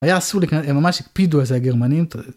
היה אסור לקנות, הם ממש פידו איזה גרמנים.